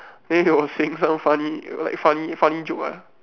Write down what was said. then he was saying so funny like funny funny joke ah